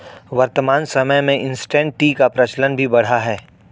वर्तमान समय में इंसटैंट टी का प्रचलन भी बढ़ा है